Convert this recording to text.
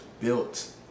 built